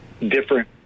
different